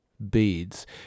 beads